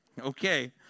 Okay